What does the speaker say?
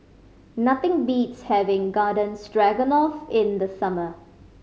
nothing beats having Garden Stroganoff in the summer